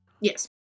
Yes